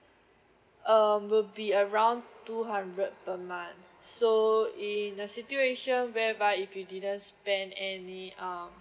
um will be around two hundred per month so in the situation whereby if you didn't spend any um